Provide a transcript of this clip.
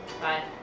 Bye